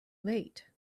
late